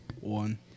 One